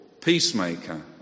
peacemaker